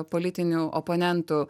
politinių oponentų